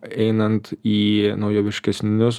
einant į naujoviškesnius